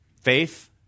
faith